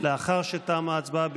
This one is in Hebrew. לאחר שתמה ההצבעה,